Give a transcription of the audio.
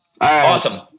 Awesome